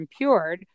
impured